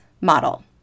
model